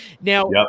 Now